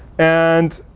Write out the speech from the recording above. and